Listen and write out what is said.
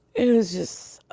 it was just.